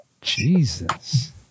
Jesus